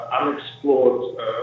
unexplored